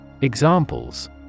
Examples